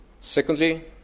Secondly